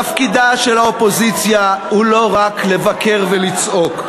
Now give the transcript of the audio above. תפקידה של האופוזיציה הוא לא רק לבקר ולצעוק.